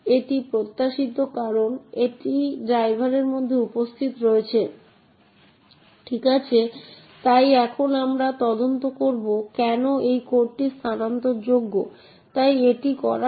এটি এমন একটি হার্ডওয়্যার যা প্রকৃতপক্ষে বিভিন্ন পৃষ্ঠাগুলির মধ্যে বিচ্ছিন্নতা নিশ্চিত করে এবং এটি নিশ্চিত করে যে অ্যাক্সেস নিয়ন্ত্রণ নীতিগুলি যেমন পড়া লিখতে এবং একটি নির্দিষ্ট পৃষ্ঠায় চালানোর মতন রানটাইম যাচাই করা হয়েছে